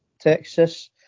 Texas